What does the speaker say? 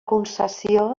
concessió